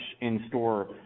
in-store